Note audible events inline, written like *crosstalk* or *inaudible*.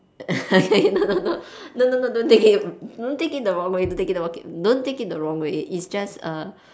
*laughs* okay no no no no no no don't take it don't it the wrong way don't take the wrong way don't take a wrong way it's just err